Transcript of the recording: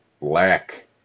Black